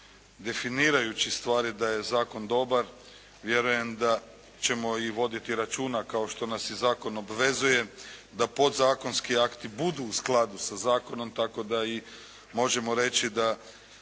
definirajući stvari da je Zakon dobar vjerujem da ćemo i voditi računa kao što nas i Zakon obvezuje, da podzakonski akti budu u skladu sa zakonom, tako da možemo reći da